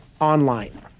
online